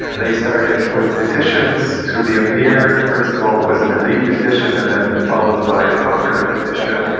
they started with petitions to the emir first of all it was an elite petition and then followed by a popular petition.